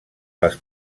les